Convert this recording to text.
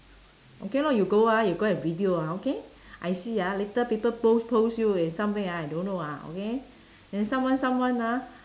okay lor you go ah you go and video ah okay I see ah later people post post you in somewhere ah I don't know ah okay then someone someone ah